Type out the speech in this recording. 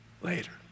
later